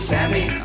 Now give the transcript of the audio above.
Sammy